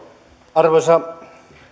arvoisa